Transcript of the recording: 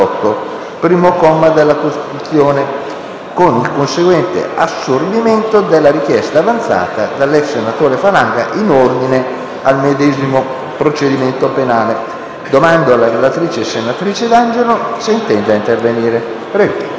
primo comma, della Costituzione, con il conseguente assorbimento della richiesta avanzata dall'ex senatore Falanga in ordine al medesimo procedimento penale. Chiedo al relatore, senatrice D'Angelo, se intende intervenire.